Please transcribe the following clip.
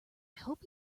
hope